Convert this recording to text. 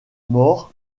mort